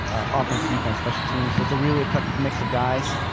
offense, defense, special teams, so it's a really eclectic mix of guys.